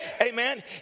amen